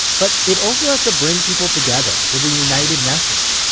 but it also has to bring people together with a united message.